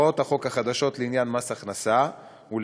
הוראות החוק החדשות לעניין מס הכנסה ולעניין